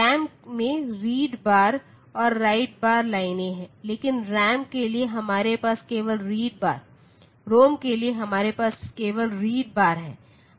RAM में read bar और write bar लाइनें हैं लेकिन रॉम के लिए हमारे पास केवल रीड बार है